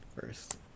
first